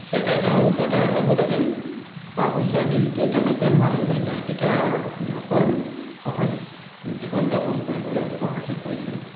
যাতায়তৰ উন্নতৰ লগে লগে পা পইচাৰ দিশটো টনকীয়াল হোৱাৰ লগে লগে দৰিদ্ৰতা লোকৰ সহজ জীৱন যাপন কৰিবলৈ সহজ হৈ পৰিছে